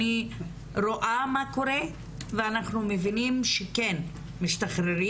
אני רואה מה שקורה ואנחנו אנחנו מבינים שכן משתחררים.